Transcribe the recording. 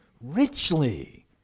Richly